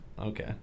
Okay